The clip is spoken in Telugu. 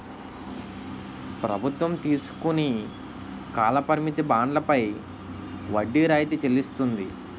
ప్రభుత్వం తీసుకుని కాల పరిమిత బండ్లపై వడ్డీ రాయితీ చెల్లిస్తుంది